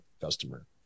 customer